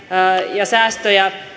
ja säästöjä